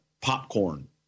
popcorn